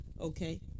okay